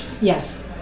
Yes